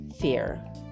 fear